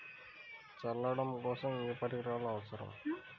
చల్లడం కోసం ఏ పరికరాలు అవసరం?